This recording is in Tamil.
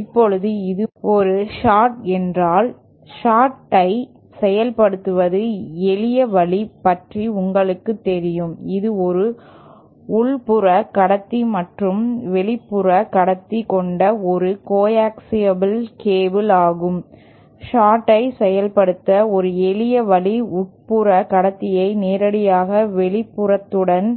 இப்போது இது ஒரு சார்ட் என்றால் சார்ட் ஐ செயல்படுத்தும் எளிய வழி பற்றி உங்களுக்குத் தெரியும் இது ஒரு உள்புற கடத்தி மற்றும் வெளிப்புற கடத்தி கொண்ட ஒரு கோஆக்சியல் கேபிள் ஆகும் சார்ட் ஐ செயல்படுத்த ஒரு எளிய வழி உட்புற கடத்தியை நேரடியாக வெளிப்புறத்துடன்